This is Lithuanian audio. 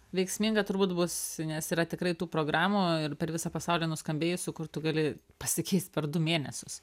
veiksminga turbūt bus nes yra tikrai tų programų ir per visą pasaulį nuskambėjusių kur tu gali pasikeist per du mėnesius